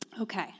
Okay